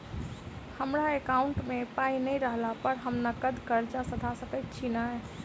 हमरा एकाउंट मे पाई नै रहला पर हम नगद कर्जा सधा सकैत छी नै?